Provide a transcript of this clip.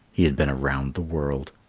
he had been around the world.